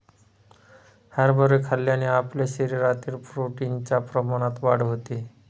हरभरे खाल्ल्याने आपल्या शरीरातील प्रोटीन च्या प्रमाणात वाढ होते